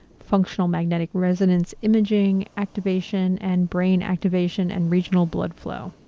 functional magnetic resonance imaging, activation and brain activation and regional blood flow.